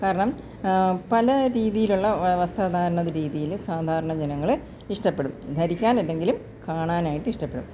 കാരണം പല രീതിയിലുള്ള വസ്ത്രധാരണ രീതിയില് സാധാരണ ജനങ്ങള് ഇഷ്ടപ്പെടും ധരിക്കാനല്ലെങ്കിലും കാണാനായിട്ട് ഇഷ്ടപ്പെടും